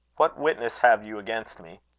what witness have you against me?